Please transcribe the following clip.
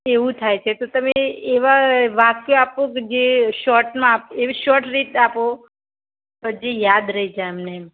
એવું થાય છે તો તમે એવા વાક્યો આપો કે જે શોર્ટમાં એવી શોર્ટ રીત કે આપો કે જે યાદ રહી જાય અમને એમ